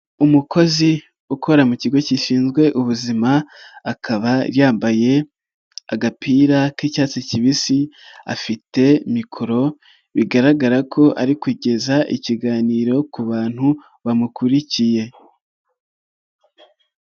Umukozi ukora mu kigo gishinzwe ubuzima, akaba yambaye agapira k'icyatsi kibisi afite mikoro, bigaragara ko ari kugeza ikiganiro ku bantu bamukurikiye.